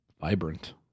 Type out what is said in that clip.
vibrant